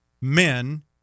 men